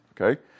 okay